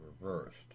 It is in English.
reversed